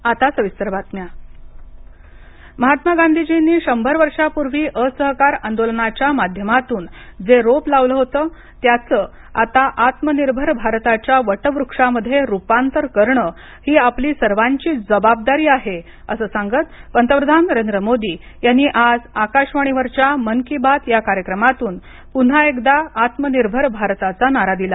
मन की बातु महात्मा गांधीजींनी शंभर वर्षांपूर्वी असहकार आंदोलनाच्या माध्यमातून जे रोप लावलं होतं त्याचं आता आत्मनिर्भर भारताच्या वटवृक्षामध्ये रुपांतर करणं ही आपली सर्वांची जबाबदारी आहे असं सांगत पंतप्रधान नरेंद्र मोदी यांनी आज आकाशवाणीवरच्या मन की बात या कार्यक्रमातून पुन्हा एकदा आत्मनिर्भर भारताचा नारा दिला